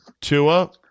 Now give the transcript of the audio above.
Tua